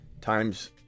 Times